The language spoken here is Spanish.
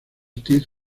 ortiz